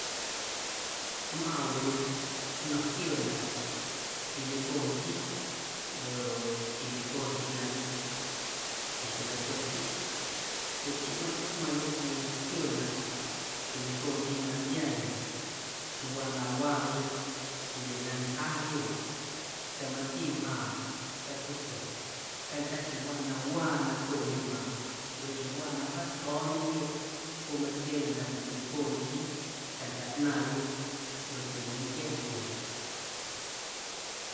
Mꞌaⁿ we nnom quiooꞌ na tiñecooꞌ ntyji ndoꞌ tiñecooꞌ ntyjii na nntꞌia chaxjeⁿ na tyochiꞌ, tyochiꞌ matseixmaⁿyoꞌ cwii quiooꞌ na tiñecooꞌ ntyjii na nntꞌiaya chiuuwaa na waayoꞌ, jndye na ntyjaayoꞌ sa̱a̱ mati mꞌaaⁿ catsuuso cantyja chiuuwaa na waa nacjooꞌyomꞌaaⁿꞌ ndoꞌ chiuuwaa na wjaatsco̱o̱ꞌñeyoꞌ joꞌ machꞌeenaꞌ na tiñecooꞌ ntyjii cantyja ꞌnaaⁿꞌyoꞌ ndoꞌ tiñentꞌiayoꞌ.